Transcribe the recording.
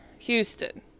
Houston